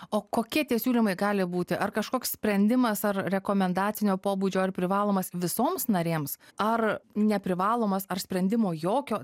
o kokie tie siūlymai gali būti ar kažkoks sprendimas ar rekomendacinio pobūdžio ar privalomas visoms narėms ar neprivalomas ar sprendimo jokio